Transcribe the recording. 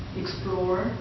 explore